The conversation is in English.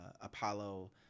apollo